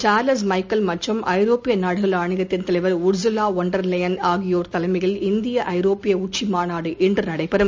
Charles Michel மற்றும் ஐரோப்பியநாடுகள் ஆணையத்தின் தலைவர் உர்சுலாவோன் மெர் லெயள் ஆகியோர் தலைமையில் இந்திய ஐரோப்பாஉச்சிமாநாடு இன்றுநடைபெறும்